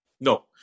No